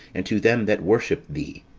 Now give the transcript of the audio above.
and to them that worship thee.